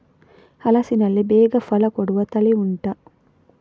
ಹಲಸಿನಲ್ಲಿ ಬೇಗ ಫಲ ಕೊಡುವ ತಳಿ ಉಂಟಾ